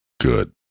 good